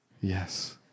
Yes